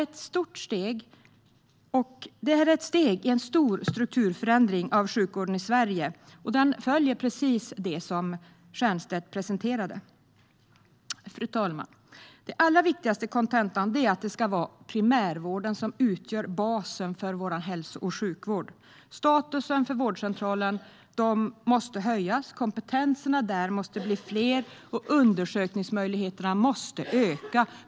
Detta är ett steg i en stor strukturförändring av sjukvården i Sverige, och den följer precis det som Stiernstedt presenterade. Fru talman! Den allra viktigaste kontentan är att det ska vara primärvården som utgör basen för vår hälso och sjukvård. Statusen för vårdcentralerna måste höjas, kompetenserna där måste bli fler och undersökningsmöjligheterna måste öka.